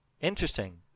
interesting